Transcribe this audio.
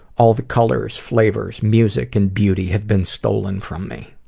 all the colors, flavors, music and beauty have been stolen from me.